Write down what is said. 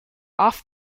off